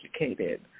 educated